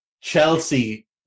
Chelsea